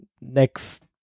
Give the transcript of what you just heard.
next